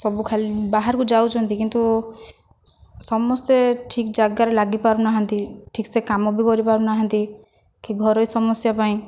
ସବୁ ଖାଲି ବାହାରକୁ ଯାଉଛନ୍ତି କିନ୍ତୁ ସମସ୍ତେ ଠିକ୍ ଜାଗାରେ ଲାଗି ପାରୁନାହାନ୍ତି ଠିକ୍ସେ କାମ ବି କରିପାରୁନାହାନ୍ତି କି ଘରୋଇ ସମସ୍ୟା ପାଇଁ